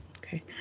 Okay